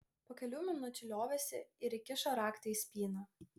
po kelių minučių liovėsi ir įkišo raktą į spyną